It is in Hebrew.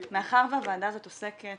מאחר שהוועדה הזו עוסקת